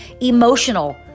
emotional